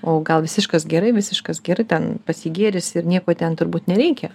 o gal visiškas gerai visiškas gerai pas jį gėris ir nieko ten turbūt nereikia